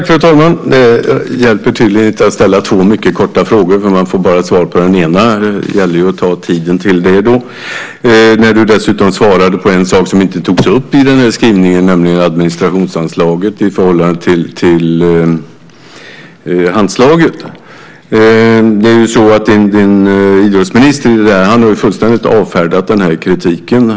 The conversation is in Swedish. Fru talman! Det hjälper tydligen inte att ställa två mycket korta frågor. Man får bara svar på den ena, så det gäller väl att använda tiden till det. Dessutom svarade du på en sak som inte tagits upp i den här skrivningen, nämligen administrationsanslaget i förhållande till Handslaget. Idrottsministern har ju fullständigt avfärdat den här kritiken.